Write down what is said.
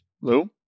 Lou